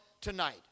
tonight